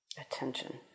Attention